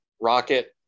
rocket